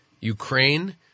Ukraine